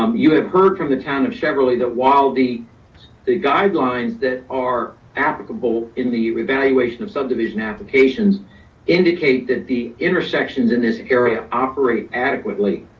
um you have heard from the town of cheverly that while the the guidelines that are applicable in the revaluation of subdivision applications indicate that the intersections in this area operate adequately.